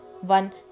one